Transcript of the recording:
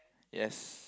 yes